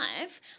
life